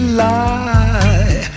lie